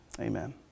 Amen